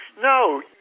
No